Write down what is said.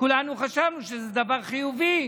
כולנו חשבנו שזה דבר חיובי.